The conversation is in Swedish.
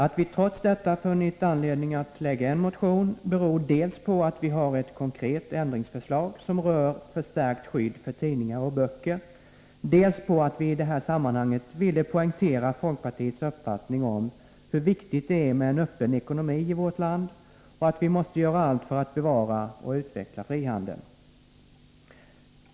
Att vi trots detta funnit anledning att väcka en motion beror dels på att vi har ett konkret ändringsförslag som rör förstärkt skydd för tidningar och böcker, dels på att vi i det här sammanhanget ville poängtera folkpartiets uppfattning om hur viktigt det är med en öppen ekonomi i vårt land och att vi måste göra allt för att bevara och utveckla frihandeln.